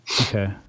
Okay